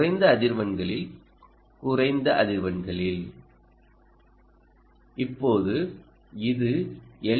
குறைந்த அதிர்வெண்களில் குறைந்த அதிர்வெண்களில் இப்போது இது எல்